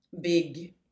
big